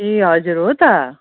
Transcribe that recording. ए हजुर हो त